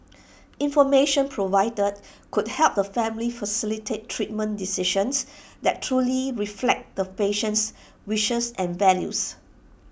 information provided could help the family facilitate treatment decisions that truly reflect the patient's wishes and values